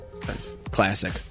Classic